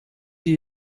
die